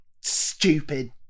stupid